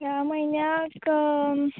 ह्या म्हयन्याक